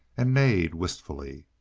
and neighed wistfully.